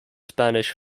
spanish